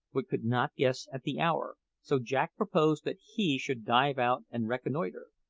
but could not guess at the hour so jack proposed that he should dive out and reconnoitre.